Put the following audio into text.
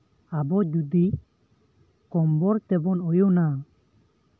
ᱟᱵᱚ ᱡᱚᱫᱤ ᱠᱚᱢᱵᱚᱞ ᱛᱮᱵᱚᱱ ᱚᱭᱩᱱᱟ